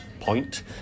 point